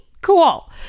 Cool